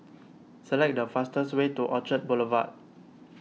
select the fastest way to Orchard Boulevard